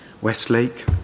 Westlake